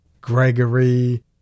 Gregory